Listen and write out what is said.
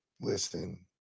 Listen